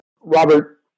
Robert